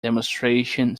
demonstration